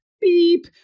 Beep